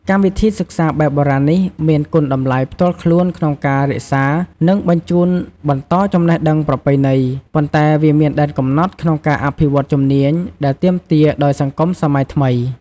កម្មវិធីសិក្សាបែបបុរាណនេះមានគុណតម្លៃផ្ទាល់ខ្លួនក្នុងការរក្សា និងបញ្ជូនបន្តចំណេះដឹងប្រពៃណី ប៉ុន្តែវាមានដែនកំណត់ក្នុងការអភិវឌ្ឍជំនាញដែលទាមទារដោយសង្គមសម័យថ្មី។